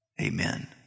Amen